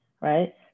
right